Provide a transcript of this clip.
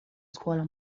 scuola